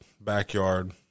backyard